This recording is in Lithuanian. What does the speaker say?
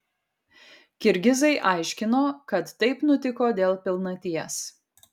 kirgizai aiškino kad taip nutiko dėl pilnaties